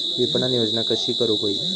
विपणन योजना कशी करुक होई?